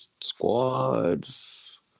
squads